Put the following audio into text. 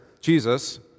Jesus